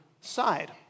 side